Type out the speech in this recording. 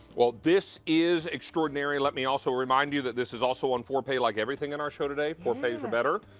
well, this is extraordinary. let me also remind you that this is also on four pay like everything in our show today. four pays or better.